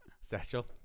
Satchel